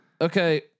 Okay